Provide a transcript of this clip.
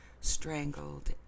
strangled